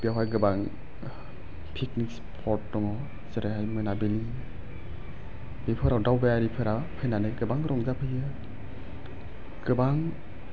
बेवहाय गोबां picnic spot दङ जेरैहाय मोनाबिलि बेफोराव दावबायारिफोरा गोबां फैनानै गोबां रंजाफैयो गोबां